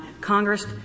Congress